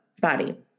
body